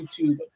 YouTube